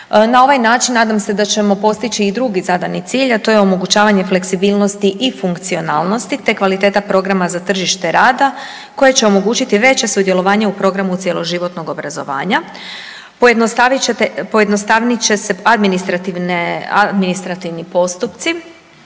Na ovaj način nadam se da ćemo postići i drugi zadani cilj, a to je omogućavanje fleksibilnosti i funkcionalnosti, te kvaliteta programa za tržište rada koje će omogućiti veće sudjelovanje u programu cjeloživotnog obrazovanja, pojednostavnit će se administrativni postupci